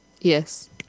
Yes